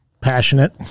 Passionate